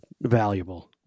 valuable